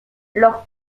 los